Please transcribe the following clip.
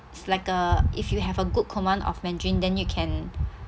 it's like uh if you have a good command of mandarin then you can